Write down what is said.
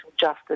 justice